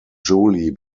julie